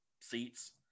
seats